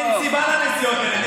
אין סיבה לנסיעות האלה.